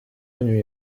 孙女